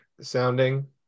sounding